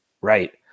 right